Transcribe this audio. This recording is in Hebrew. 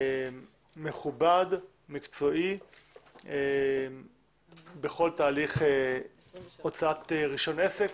מכובד ומקצועי בכל תהליך הוצאת רישיון עסק.